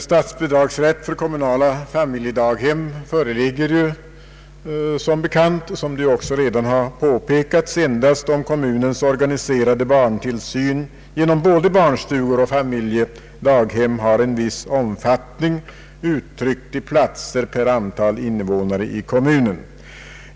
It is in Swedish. Statsbidragsrätt för kommunala familjedaghem föreligger ju — såsom re dan har påpekats — endast om kommunens organiserade barntillsyn genom både barnstugor och familjedaghem har en viss omfattning, uttryckt i platser per antal innevånare i kommunen.